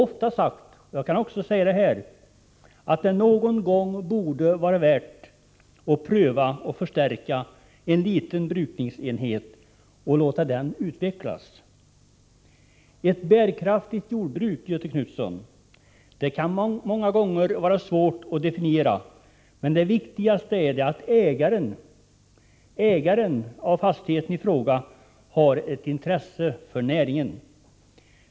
Det borde vara värt att någon gång pröva möjligheten att förstärka en liten brukningsenhet och låta den utvecklas. Ett bärkraftigt jordbruk kan många gånger vara svårt att definiera, Göthe Knutson, men det viktigaste är att ägaren av fastigheten i fråga har intresse för näringen.